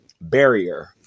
barrier